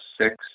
six